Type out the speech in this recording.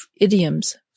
idioms